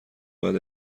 باید